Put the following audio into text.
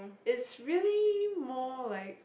it's really more like